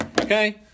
okay